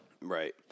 Right